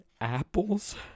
apples